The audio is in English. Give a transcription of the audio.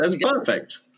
perfect